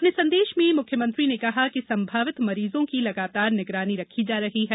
अपने संदेश में मुख्यमंत्री ने कहा कि संभावित मरीजों की लगातार निगरानी रखी जा रही है